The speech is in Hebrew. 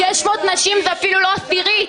600 נשים זה אפילו לא עשירית.